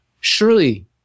Surely